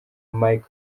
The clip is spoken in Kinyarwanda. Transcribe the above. mike